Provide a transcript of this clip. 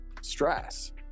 stress